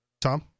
Tom